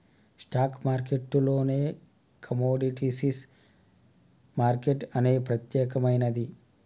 stock మార్కెట్టులోనే commodities market అనేది ప్రత్యేకమైనది